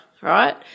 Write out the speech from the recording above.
right